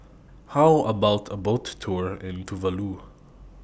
How about A Boat Tour in Tuvalu